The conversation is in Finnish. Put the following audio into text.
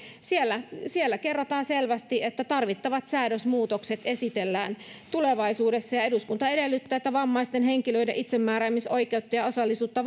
siellä siellä kerrotaan selvästi että tarvittavat säädösmuutokset esitellään tulevaisuudessa ja ja eduskunta edellyttää että vammaisten henkilöiden itsemääräämisoikeutta ja osallisuutta